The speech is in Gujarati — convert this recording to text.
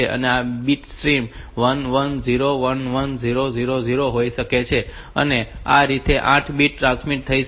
તેથી બીટ સ્ટ્રીમ 1 1 0 1 1 0 0 0 હોઈ શકે છે અને આ રીતે 8 બિટ્સ ટ્રાન્સમિટ થઈ શકે છે